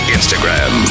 Instagram